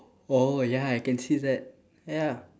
oh ya I can see that ya